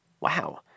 Wow